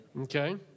okay